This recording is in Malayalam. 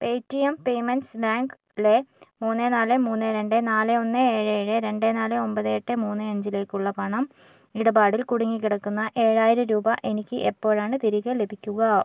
പേടിഎം പേയ്മെന്റ്സ് ബാങ്ക്സ് ലെ മൂന്ന് നാല് മൂന്ന് രണ്ട് നാല് ഒന്ന് ഏഴ് ഏഴ് രണ്ട് നാല് ഒമ്പത് എട്ട് മൂന്ന് അഞ്ചിലേക്കുള്ള പണം ഇടപാടിൽ കുടുങ്ങി കിടക്കുന്ന ഏഴായിരം രൂപ എനിക്ക് എപ്പോഴാണ് തിരികെ ലഭിക്കുക